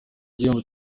igihembo